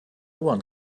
one